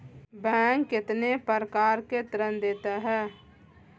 Bank कितने प्रकार के ऋण देता है?